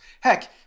Heck